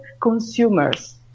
consumers